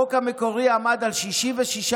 החוק המקורי עמד על 66%,